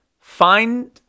Find